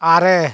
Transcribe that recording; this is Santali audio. ᱟᱨᱮ